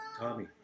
Tommy